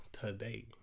today